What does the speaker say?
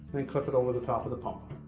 then clip it over the top of the pump.